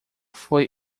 foi